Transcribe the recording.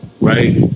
Right